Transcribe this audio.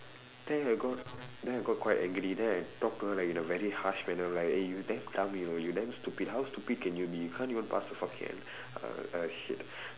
then I got then I got quite angry then I talk to her like in a very harsh manner right eh you damn dumb you know you damn stupid how stupid can you be you can't even pass the fucking N uh uh shit